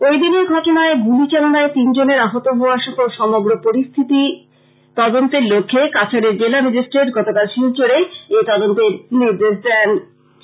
ঐদিনের ঘটনায় গুলিচালনায় তিনজনের আহত হওয়া সহ সমগ্র পরিস্থিতির তদন্তের লক্ষ্যে কাছাড়ের জেলা ম্যাজিস্ট্রেট গতকাল শিলচরে এই তদন্তের নির্দেশ দেন